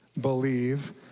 believe